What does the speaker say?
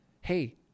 Hey